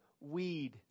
weed